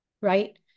right